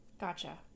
Gotcha